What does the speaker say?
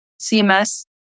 CMS